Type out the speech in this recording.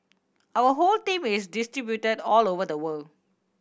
our whole team is distributed all over the world